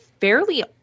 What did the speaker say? fairly